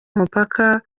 umupaka